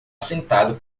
sentado